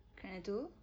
kerana itu